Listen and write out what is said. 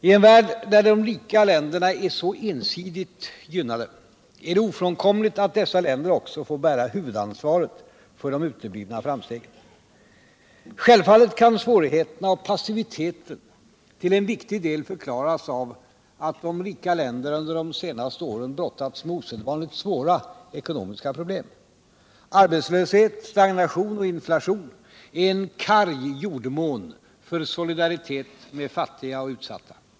I en värld där de rika länderna är så ensidigt gynnade är det ofrånkomligt att dessa länder också får bära huvudansvaret för de uteblivna framstegen. Självfallet kan svårigheterna och passiviteten till en viktig del förklaras av att de rika länderna under de senaste åren brottats med osedvanligt svåra ekonomiska problem. Arbetslöshet, stagnation och inflation är en karg jordmån för solidaritet med fattiga och utsatta.